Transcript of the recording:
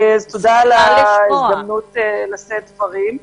תודה על ההזדמנות לשאת דברים.